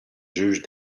juge